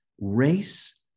race